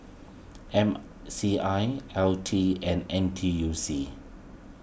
M C I L T and N T U C